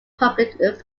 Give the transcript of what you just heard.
public